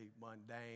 mundane